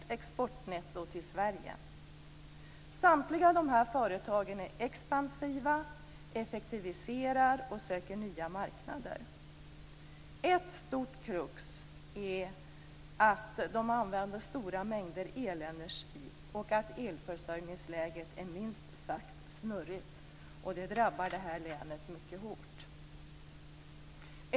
Samtliga dessa företag är expansiva, effektiviserar och söker nya marknader. Ett stort krux är att de använder stora mängder elenergi och att elförsörjningsläget är minst sagt snurrigt. Detta drabbar det här länet mycket hårt.